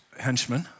henchmen